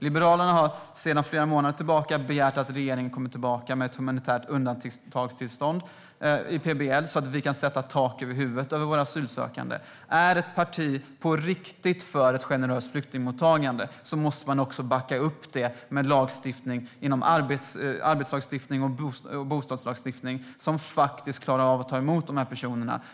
Liberalerna har sedan flera månader tillbaka begärt att regeringen kommer tillbaka med ett humanitärt undantagstillstånd i PBL så att vi kan sätta tak över huvudet för våra asylsökande. Är ett parti på riktigt för ett generöst flyktingmottagande måste det också backa upp det med arbetslagstiftning och bostadslagstiftning som gör att vi klarar av att ta emot dessa personer.